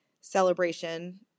celebration –